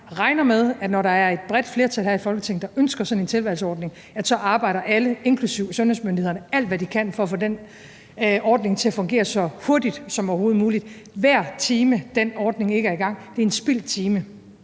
jeg regner med, at når der er et bredt flertal her i Folketinget, der ønsker sådan en tilvalgsordning, så arbejder alle, inklusive sundhedsmyndighederne, alt, hvad de kan, for at få den ordning til at fungere så hurtigt som overhovedet muligt. Hver time, den ordning ikke er i gang, er en spildt time